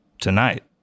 Tonight